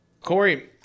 Corey